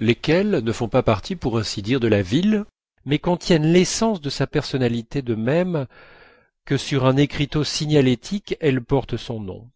lesquels ne font pas partie pour ainsi dire de la ville mais contiennent l'essence de sa personnalité de même que sur un écriteau signalétique elles portent son nom